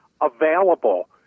available